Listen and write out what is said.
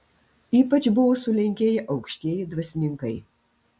ypač buvo sulenkėję aukštieji dvasininkai